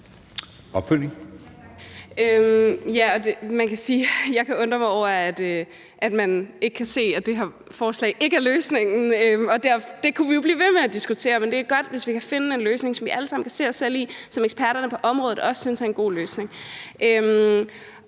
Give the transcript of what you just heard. Ja, og jeg kan undre mig over, at man ikke kan se, at det her forslag ikke er løsningen – og det kunne vi jo blive ved med at diskutere. Men det er godt, hvis vi kan finde en løsning, som vi alle sammen kan se os selv i, og som eksperterne på området også synes er en god løsning.